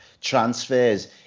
transfers